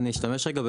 זה הכל.